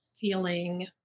feeling